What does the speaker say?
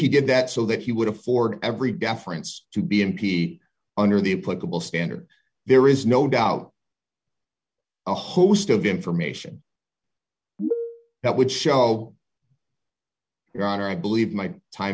he did that so that he would afford every deference to be m p under the political standard there is no doubt a host of information that would show your honor i believe my time